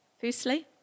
firstly